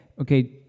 okay